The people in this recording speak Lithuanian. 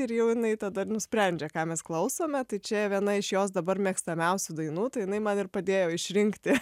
ir jau jinai tada ir nusprendžia ką mes klausome tai čia viena iš jos dabar mėgstamiausių dainų tai jinai man ir padėjo išrinkti